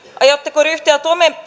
aiotteko ryhtyä